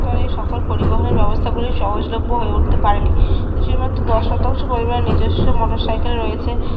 স্তরেই সকল পরিবহনের ব্যবস্থাগুলি সহজলোভ্য হয়ে উঠতে পারেনি দেশের মাত্র দশ শতাংশ পরিবারের নিজস্ব মোটর সাইকেল রয়েছে